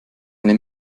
eine